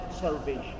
salvation